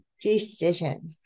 decision